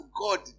God